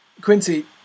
Quincy